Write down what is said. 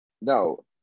No